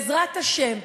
בעזרת השם,